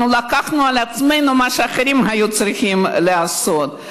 אנחנו לקחנו על עצמנו מה שאחרים היו צריכים לעשות.